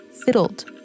fiddled